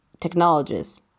Technologies